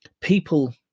People